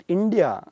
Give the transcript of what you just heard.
India